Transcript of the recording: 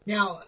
Now